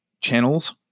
channels